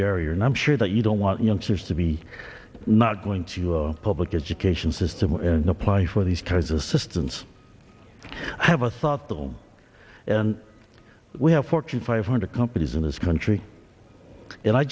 barrier and i'm sure that you don't want young kids to be not going to a public education system and apply for these kinds of systems i have a soft them and we have fortune five hundred companies in this country and i